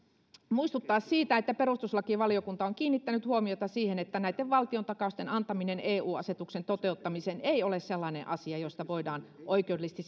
muistuttaa siitä että perustuslakivaliokunta on kiinnittänyt huomiota siihen että näitten valtiontakausten antaminen eu asetuksen toteuttamiseen ei ole sellainen asia josta voidaan oikeudellisesti